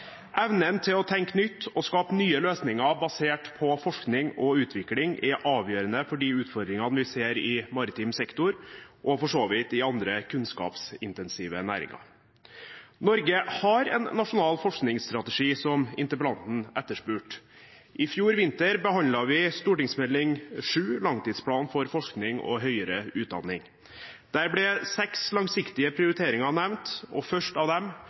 Evnen til å tenke nytt og skape nye løsninger basert på forskning og utvikling er avgjørende for de utfordringene vi ser i maritim sektor, og for så vidt i andre kunnskapsintensive næringer. Norge har en nasjonal forskningsstrategi, som interpellanten etterspurte. I fjor vinter behandlet vi Meld. St. 7 for 2014–2015, Langtidsplan for forskning og høyere utdanning 2015–2024. Der ble seks langsiktige prioriteringer nevnt. og først av dem